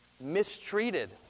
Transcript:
mistreated